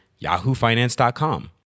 yahoofinance.com